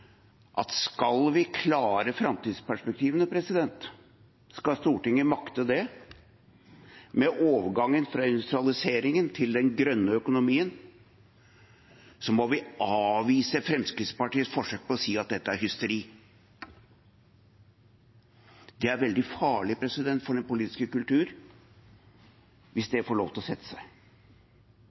at skal vi klare framtidsperspektivene, skal Stortinget makte det, med overgangen fra industrialiseringen til den grønne økonomien, må vi avvise Fremskrittspartiets forsøk på å si at dette er hysteri. Det er veldig farlig for den politiske kultur hvis det får lov til å sette seg.